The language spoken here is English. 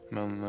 Men